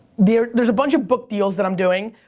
there's there's a bunch of book deals that i'm doing,